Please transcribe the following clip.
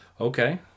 Okay